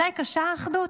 מתי קשה האחדות?